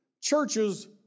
Churches